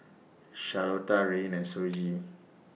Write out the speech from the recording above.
Rayne and Shoji